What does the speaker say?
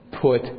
put